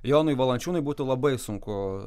jonui valančiūnui būtų labai sunku